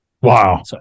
Wow